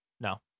No